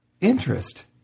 interest